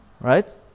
right